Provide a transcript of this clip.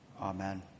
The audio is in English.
amen